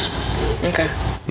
Okay